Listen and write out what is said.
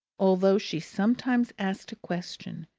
although she sometimes asked a question,